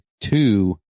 two